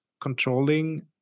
controlling